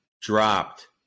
dropped